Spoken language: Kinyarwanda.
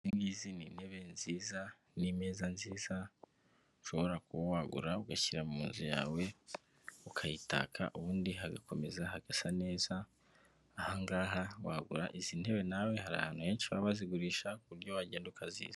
Izi ni intebe nziza n'imeza nziza ushobora kuba wagura ugashyira mu nzu yawe, ukayitaka ubundi hagakomeza hagasa neza, ahangaha wagura izi ntebe nawe hari ahantu henshi baaba bazigurisha ku buryo wagenda ukazizana.